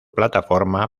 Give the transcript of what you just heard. plataforma